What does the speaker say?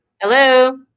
Hello